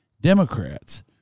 Democrats